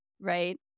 Right